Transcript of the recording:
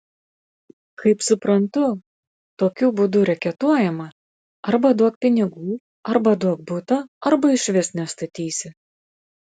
kaip suprantu tokiu būdu reketuojama arba duok pinigų arba duok butą arba išvis nestatysi